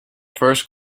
first